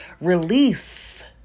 release